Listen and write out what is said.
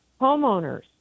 homeowners